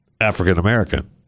African-American